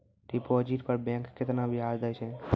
Deposit पर bank केतना ब्याज दै छै?